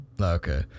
okay